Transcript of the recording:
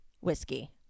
whiskey